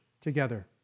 together